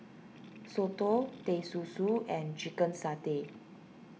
Soto Teh Susu and Chicken Satay